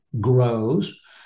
grows